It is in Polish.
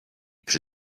przy